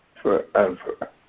forever